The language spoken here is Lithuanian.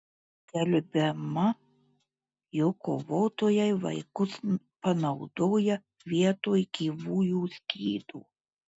skelbiama jog kovotojai vaikus panaudoja vietoj gyvųjų skydų